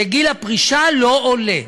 שגיל הפרישה לא עולה.